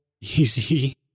easy